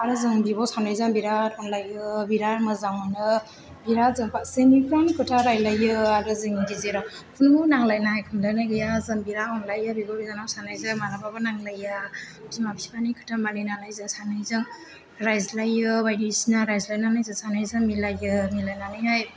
आरो जों बिब' सानैजों बिराद अनलायो बिराद मोजां मोनो बिराद जों फारसेनिफ्राम खोथा रायलायो आरो जोंनि गेजेराव खुनु नांलायनाय खमलायनाय गैया जों बिराद अनलायो बिब' बिनानाव सानैजों मालाबाबो नांलाया बिमा बिफानि खोथा मानिनानै जों सानैजों रायज्लायो बायदिसिना रायज्लायनानै जों सानैजों मिलायो मिलायनानैहाय